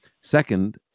Second